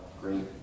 great